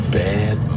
bad